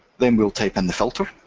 then we'll type in the filter,